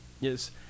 Yes